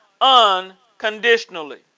unconditionally